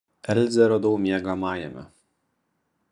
elzę radau miegamajame